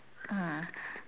hmm